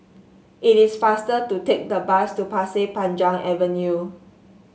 it is faster to take the bus to Pasir Panjang Avenue